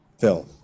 Phil